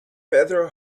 pedro